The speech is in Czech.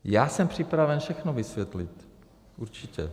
Já jsem připraven všechno vysvětlit. Určitě.